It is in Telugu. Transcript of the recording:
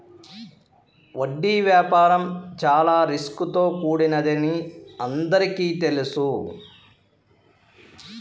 వడ్డీ వ్యాపారం చాలా రిస్క్ తో కూడినదని అందరికీ తెలుసు